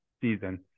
season